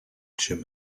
jim